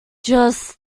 just